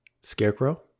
scarecrow